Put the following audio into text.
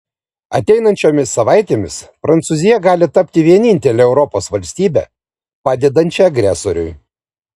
ateinančiomis savaitėmis prancūzija gali tapti vienintele europos valstybe padedančia agresoriui